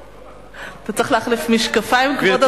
אתה צריך להחליף משקפיים, כבוד השרה?